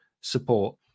support